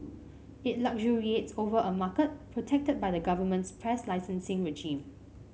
it luxuriates over a market protected by the government's press licensing regime